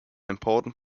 important